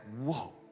whoa